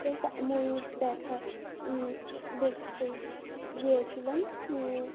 তো ময়ূর দেখা দেখতে গিয়েছিলাম